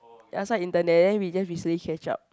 ya so I intern there then we just recently catch up